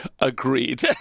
Agreed